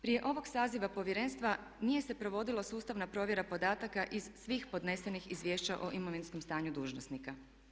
Prije ovog saziva Povjerenstva nije se provodila sustavna provjera podataka iz svih podnesenih izvješća o imovinskom stanju dužnosnika.